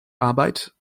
arbeit